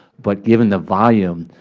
but given the volume,